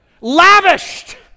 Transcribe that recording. Lavished